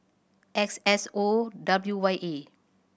X S O W Y A